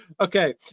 okay